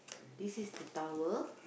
this is the tower